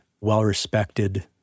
well-respected